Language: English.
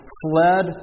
fled